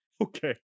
Okay